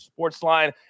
Sportsline